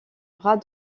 bras